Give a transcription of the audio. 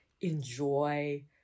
enjoy